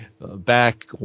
back